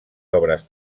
obres